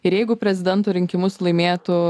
ir jeigu prezidento rinkimus laimėtų